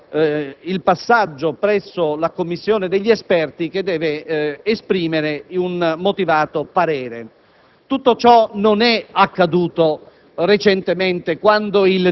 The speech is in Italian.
oltre che il passaggio presso la commissione degli esperti che deve esprimere un motivato parere. Tutto ciò non è accaduto